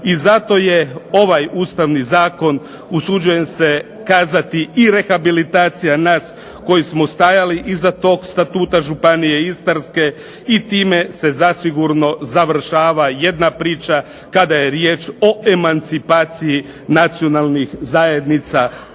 I zato je ovaj Ustavni zakon usuđujem se kazati i rehabilitacija nas koji smo stajali iza tog Statuta Županije istarske i time se zasigurno završava jedna priča kada je riječ o emancipaciji nacionalnih zajednica